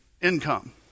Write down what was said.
income